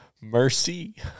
Mercy